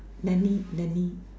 many many